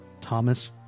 Thomas